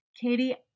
Katie